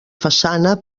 façana